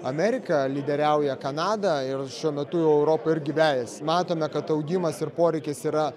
amerika lyderiauja kanada ir šiuo metu europa irgi vejasi matome kad augimas ir poreikis yra